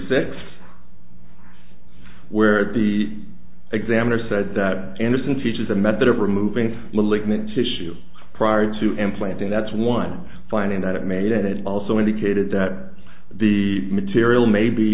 six where the examiner said that anderson teaches a method of removing malignant tissue prior to implanting that's one finding that it made and it also indicated that the material may be